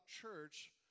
church